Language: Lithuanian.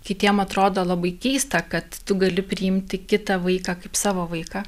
kitiem atrodo labai keista kad tu gali priimti kitą vaiką kaip savo vaiką